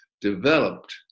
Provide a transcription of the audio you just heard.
developed